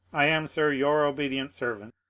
i am, sir, your obedient servant,